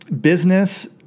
business